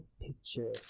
picture